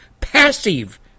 passive